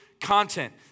content